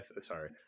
sorry